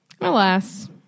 alas